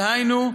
דהיינו,